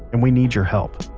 and we need your help.